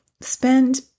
Spend